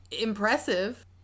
Impressive